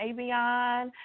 Avion